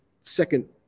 second